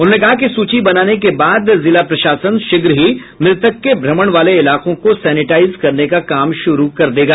उन्होंने कहा कि सूची बनाने के बाद जिला प्रशासन शीघ्र ही मृतक के भ्रमण वाले इलाकों को सैनिटाईज करने का काम शुरू कर देगा